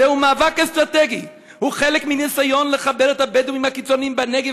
זהו מאבק אסטרטגי שהוא חלק מניסיון לחבר את הבדואים הקיצונים בנגב